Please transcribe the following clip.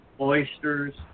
oysters